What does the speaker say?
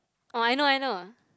oh I know I know